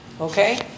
Okay